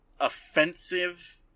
offensive